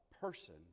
person